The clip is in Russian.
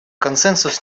консенсус